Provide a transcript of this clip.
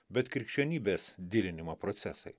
bet krikščionybės dirinimo procesai